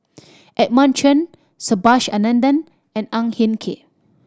Edmund Chen Subhas Anandan and Ang Hin Kee